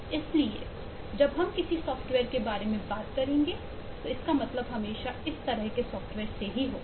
इसलिए जब हम किसी सॉफ़्टवेयर के बारे में बात करेंगे तो इसका मतलब हमेशा इस तरह के सॉफ़्टवेयर से होगा